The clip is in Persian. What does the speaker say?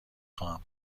خواهم